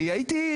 אני הייתי,